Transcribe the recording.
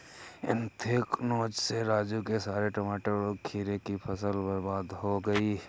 anthracnose से राजू के सारे टमाटर और खीरे की फसल बर्बाद हो गई